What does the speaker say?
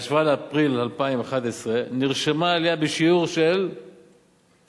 בהשוואה לאפריל 2011, נרשמה עלייה בשיעור של 2.1%